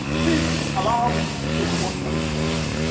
please allow me to quote myself